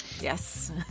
yes